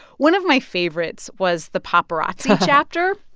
one of my favorites was the paparazzi. chapter.